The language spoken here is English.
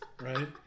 right